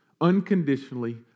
Unconditionally